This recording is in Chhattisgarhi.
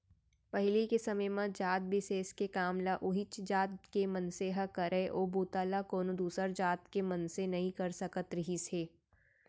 पहिली के समे म जात बिसेस के काम ल उहींच जात के मनसे ह करय ओ बूता ल कोनो दूसर जात के मनसे नइ कर सकत रिहिस हे